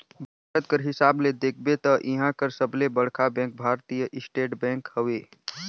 भारत कर हिसाब ले देखबे ता इहां कर सबले बड़खा बेंक भारतीय स्टेट बेंक हवे